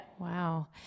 Wow